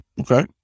okay